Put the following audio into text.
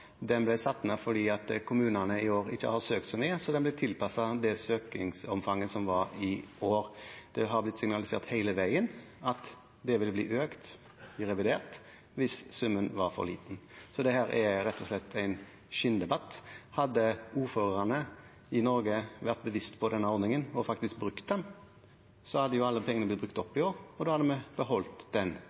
Den ble satt ned fordi kommunene i år ikke har søkt så mye, så den ble tilpasset det søkningsomfanget som var i år. Det har blitt signalisert hele veien at summen vil bli økt i revidert hvis den var for liten. Så dette er rett og slett en skinndebatt. Hadde ordførerne i Norge vært bevisst på denne ordningen og faktisk brukt den, hadde alle pengene blitt brukt opp i år, og da hadde vi beholdt ordningen slik som den